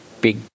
big